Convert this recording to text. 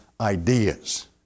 ideas